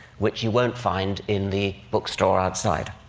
which you won't find in the bookstore outside.